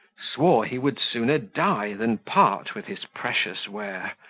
swore he would sooner die than part with his precious ware.